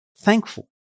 thankful